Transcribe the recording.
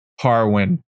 Harwin